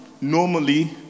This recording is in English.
normally